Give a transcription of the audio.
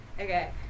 okay